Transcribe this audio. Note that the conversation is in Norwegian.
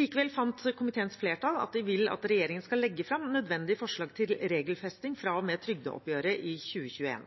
Likevel fant komiteens flertall at de vil at regjeringen skal legge fram nødvendig forslag til regelfesting fra og med trygdeoppgjøret i